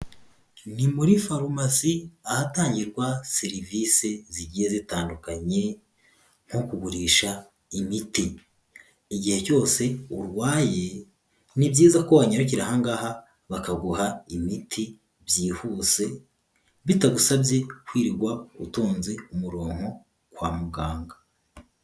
Ni muri farumasi ahatangirwa serivisi zigiye zitandukanye nko kugurisha imiti. Igihe cyose urwaye ni byiza ko wanyurukira ahangaha bakaguha imiti byihuse, bitagusabye kwirigwa utonze umurongo kwa muganga.